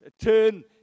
turn